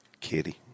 Kitty